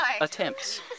attempts